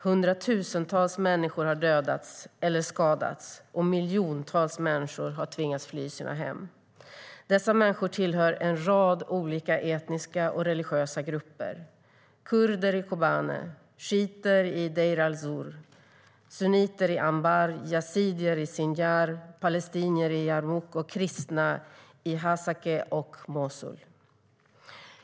Hundratusentals människor har dödats eller skadats, och miljontals människor har tvingats fly sina hem. Dessa människor tillhör en rad olika etniska och religiösa grupper, kurder i Kobane, shiiter i Deir el-Zour, sunniter i Anbar, yazidier i Sinjar, palestinier i Yarmouk och kristna i Hasakeh och Mosul.